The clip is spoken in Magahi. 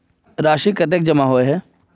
राशि कतेक जमा होय है?